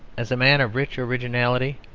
as a man of rich originality,